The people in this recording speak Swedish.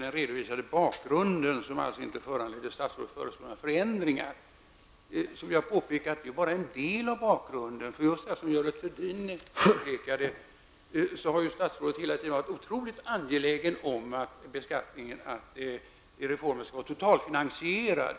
den redovisade bakgrunden, som alltså inte föranledde statsrådet att föreslå några förändringar, vill jag påpeka att den bara är en del av bakgrunden. Som Görel Thurdin påpekade har statrådet hela tiden varit otroligt angelägen om att reformen skall vara totalfinansierad.